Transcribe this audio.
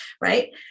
Right